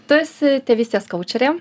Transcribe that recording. tu esi tėvystės kaučerė